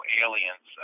aliens